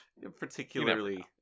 particularly